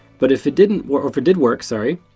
but if it didn't work or if it did work, sorry,